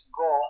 go